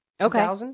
Okay